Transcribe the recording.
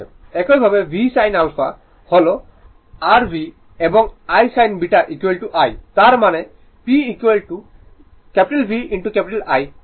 একইভাবে V sin α হল r V এবং I sin β I তার মানে P V I V ' I